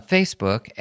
Facebook